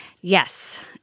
Yes